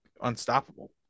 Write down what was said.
unstoppable